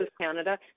Canada